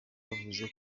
bavuze